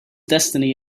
destiny